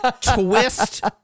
Twist